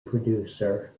producer